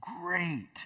great